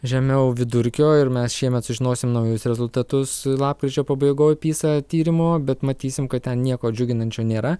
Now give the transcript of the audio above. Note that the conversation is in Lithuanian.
žemiau vidurkio ir mes šiemet sužinosim naujus rezultatus lapkričio pabaigoj pysa tyrimo bet matysim kad ten nieko džiuginančio nėra